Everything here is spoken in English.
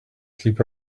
sleep